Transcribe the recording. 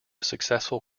successful